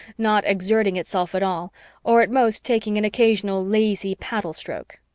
not exerting itself at all or at most taking an occasional lazy paddle stroke.